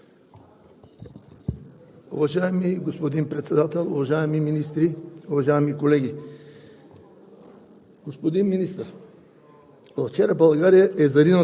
Уважаеми господин Председател, уважаеми министри, уважаеми колеги!